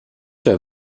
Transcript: der